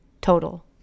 total